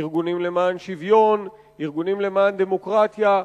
בארגונים למען שוויון, בארגונים למען דמוקרטיה,